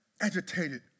agitated